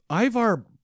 Ivar